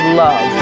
love